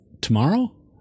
tomorrow